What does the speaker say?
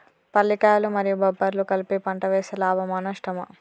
పల్లికాయలు మరియు బబ్బర్లు కలిపి పంట వేస్తే లాభమా? నష్టమా?